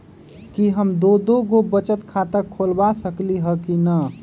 कि हम दो दो गो बचत खाता खोलबा सकली ह की न?